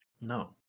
No